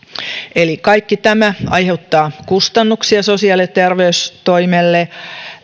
eli kaikki tämä aiheuttaa kustannuksia sosiaali ja terveystoimelle